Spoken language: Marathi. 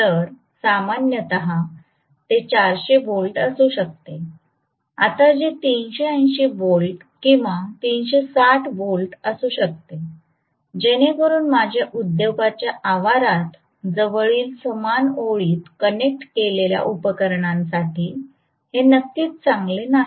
तर सामान्यत ते 400 व्होल्ट असू शकते आता ते 380 व्होल्ट किंवा 360 व्होल्ट असू शकते जेणेकरून माझ्या उद्योगाच्या आवारात जवळील समान ओळीत कनेक्ट केलेल्या उपकरणांसाठी हे नक्कीच चांगले नाही